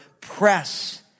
press